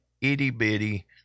itty-bitty